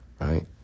right